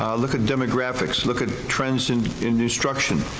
look at demographics, look at trends in instruction.